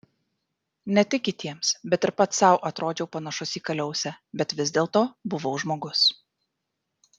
ne tik kitiems bet ir pats sau atrodžiau panašus į kaliausę bet vis dėlto buvau žmogus